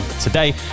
today